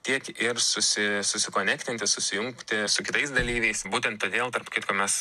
tiek ir susi susikonektinti susijungti su kitais dalyviais būtent todėl tarp kitko mes